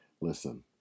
listen